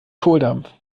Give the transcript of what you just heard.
kohldampf